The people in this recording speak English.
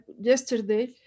yesterday